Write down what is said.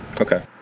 Okay